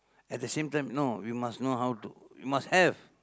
at the same time no we must know how to we must have